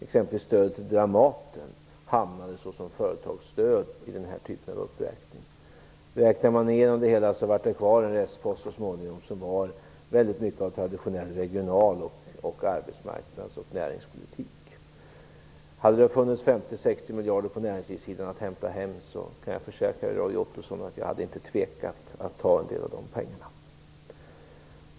Exempelvis hamnar stödet till Dramaten som företagsstöd i den här uppräkningen. Räknar man igenom det hela blir det så småningom kvar en restpost som är väldigt mycket av traditionell regional-, arbetsmarknads och näringspolitik. Hade det funnits 50-60 miljarder på näringslivssidan att hämta hem så kan jag försäkra Roy Ottosson att jag inte hade tvekat att ta en del av de pengarna.